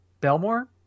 Belmore